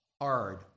hard